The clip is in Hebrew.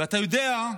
ואתה יודע,